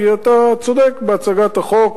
כי אתה צודק בהצגת החוק,